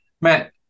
Matt